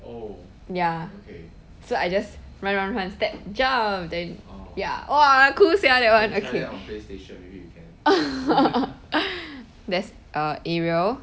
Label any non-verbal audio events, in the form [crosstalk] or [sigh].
ya so I just run run run step jump then ya !wah! cool sia that one okay [laughs] that's err aerial